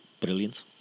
brilliant